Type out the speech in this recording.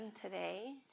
today